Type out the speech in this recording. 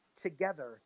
together